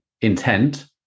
intent